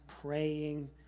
praying